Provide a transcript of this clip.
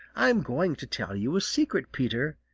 i'm going to tell you a secret, peter,